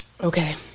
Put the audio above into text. Okay